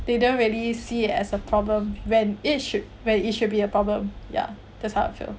they don't really see it as a problem when it should when it should be a problem ya that's how I feel